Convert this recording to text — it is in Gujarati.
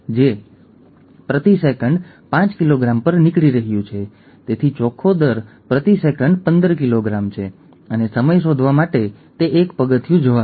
જો તે ગ્લુટામિક એસિડ વેલિન બની જાય તો ખરું ને